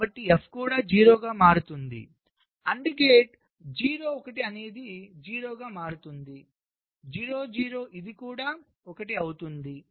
కాబట్టి F కూడా 0 గా మారుతుంది AND గేట్ 0 1 అనేది 0 గా మారుతుంది 0 0 ఇది కూడా 1 అవుతుంది